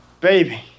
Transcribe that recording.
Baby